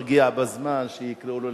זה לא מובן מאליו, מי שלא מגיע בזמן, שיקראו לו.